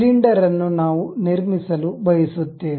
cylinder ಅನ್ನು ನಾವು ನಿರ್ಮಿಸಲು ಬಯಸುತ್ತೇವೆ